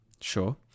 sure